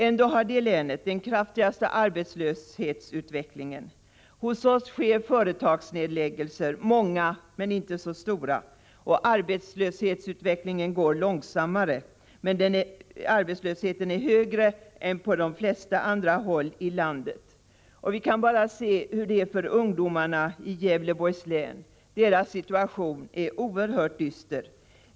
Ändå har detta län den kraftigaste arbetslöshetsutvecklingen. Hos oss genomförs företagsnedläggelser — många, men inte så stora. Arbetslösheten är högre än på de flesta andra håll i landet. Vi kan bara se hur det är för ungdomarna i Gävleborgs län. Deras situation är oerhört dyster.